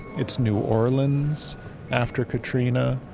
it's new orleans after katrina,